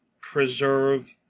preserve